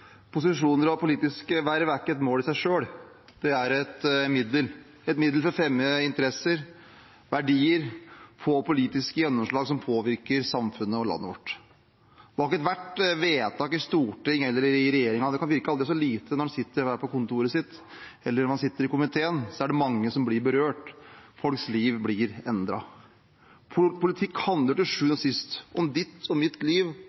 Posisjoner og politiske verv er ikke et mål i seg selv. De er et middel – et middel for å fremme interesser og verdier og for å få politiske gjennomslag som påvirker samfunnet og landet vårt. Ethvert vedtak i Stortinget eller i regjeringen – det kan virke så lite når man sitter på kontoret sitt eller i komiteen – er det mange som blir berørt av, folks liv blir endret av det. Politikk handler til sjuende og sist om ditt og mitt liv,